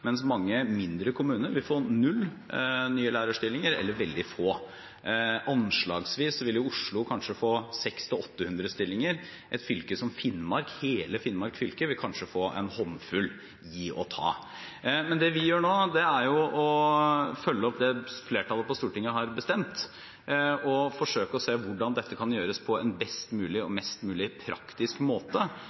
mens mange mindre kommuner vil få null nye lærerstillinger eller veldig få. Anslagsvis vil Oslo kanskje få 600–800 stillinger, et fylke som Finnmark, hele Finnmark fylke, vil kanskje få en håndfull – gi og ta. Men det vi gjør nå, er å følge opp det flertallet på Stortinget har bestemt, og forsøke å se hvordan dette kan gjøres på en best mulig og mest mulig praktisk måte.